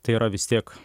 tai yra vis tiek